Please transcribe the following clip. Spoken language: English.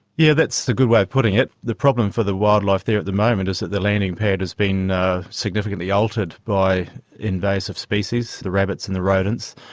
yeah that's a good way of putting it. the problem for the wildlife there at the moment is that the landing pad has been significantly altered by invasive species, the rabbits and the rodents,